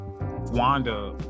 Wanda